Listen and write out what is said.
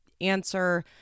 answer